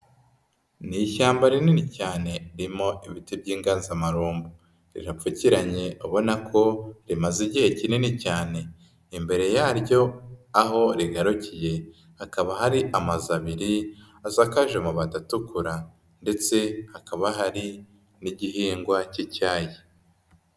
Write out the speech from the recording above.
Ni ishyamba rinini cyane ririmo ibiti by'inganzamarombo, rirapfukiranye ubona ko rimaze igihe kinini cyane, imbere yaryo aho rigarukiye hakaba hari amazu abiri asakaje amabati atukura ndetse hakaba hari n'igihingwa k'icyayi.